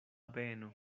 beno